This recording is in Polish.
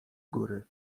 góry